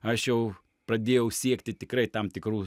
aš jau pradėjau siekti tikrai tam tikrų